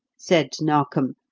said narkom,